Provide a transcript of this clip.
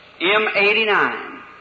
M89